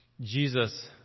Jesus